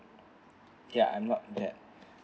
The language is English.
ya I'm not that